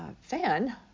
fan